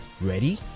ready